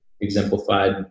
exemplified